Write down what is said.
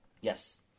Yes